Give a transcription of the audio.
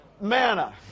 manna